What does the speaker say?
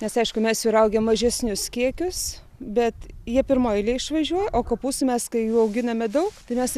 nes aišku mes jų raugiam mažesnius kiekius bet jie pirmoj eilėj išvažiuoja o kopūstų mes kai jų auginame daug tai mes